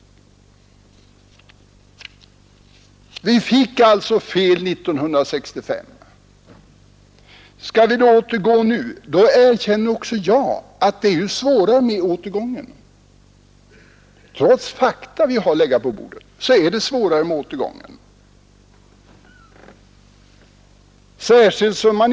Vi fick alltså fel 1964. När vi nu talar om att återgå till det gamla erkänner också jag att det — trots fakta som vi har att lägga på bordet — är svårare att återgå, svårare att ta tillbaka en reform än att genomföra den.